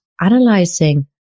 analyzing